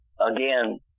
again